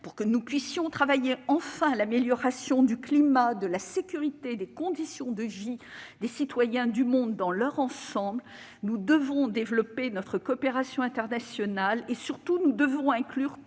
pour que nous puissions travailler enfin à l'amélioration du climat, de la sécurité, des conditions de vie des citoyens du monde dans leur ensemble, nous devons développer notre coopération internationale et, surtout, nous devons inclure